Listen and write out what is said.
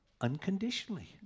Unconditionally